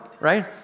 right